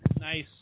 Nice